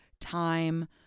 Time